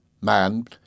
Man